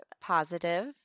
Positive